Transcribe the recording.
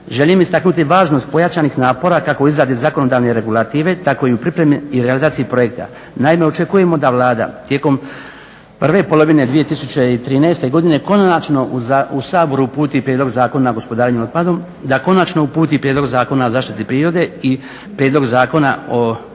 želim istaknuti važnost pojačanih napora kako u izradi zakonodavne regulative tako i u pripremi i realizaciji projekta. Naime, očekujemo da Vlada tijekom prve polovine 2013.godine konačno u Sabor uputi Prijedlog zakona gospodarenja otpadom, da konačno uputi Prijedlog zakona o zaštiti prirode i Prijedlog zakona o zaštiti